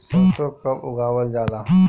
सरसो कब लगावल जाला?